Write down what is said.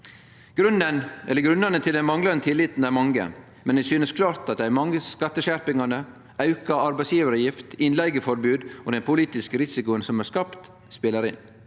Grunnane til den manglande tilliten er mange, men det synest klart at dei mange skatteskjerpingane, auka arbeidsgjevaravgift, innleigeforbod og den politiske risikoen som er skapt, spelar inn.